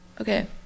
Okay